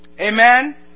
Amen